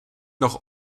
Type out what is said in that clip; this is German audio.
noch